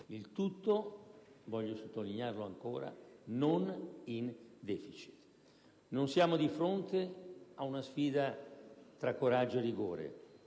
Il tutto - voglio sottolinearlo ancora - non in deficit. Non siamo di fronte a una sfida tra coraggio e rigore: